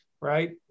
right